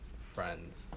friends